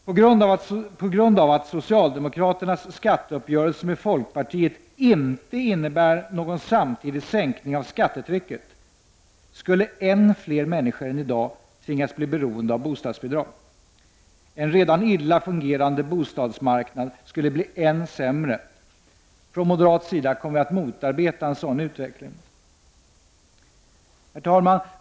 På grund av att socialdemokraternas skatteuppgörelse med folkpartiet inte innebär någon samtidig sänkning av skattetrycket skulle än fler människor än i dag tvingas bli beroende av bostadsbidrag. En redan illa fungerande bostadsmarknad skulle bli än sämre. Från moderat sida kommer vi att motarbeta en sådan utveckling. Herr talman!